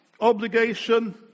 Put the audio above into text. obligation